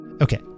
Okay